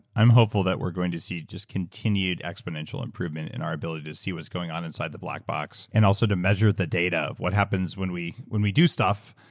i'm hopeful that we're going to see just continued exponential improvement in our ability to see what is going on in the black box and also to measure the data of what happens when we when we do stuff.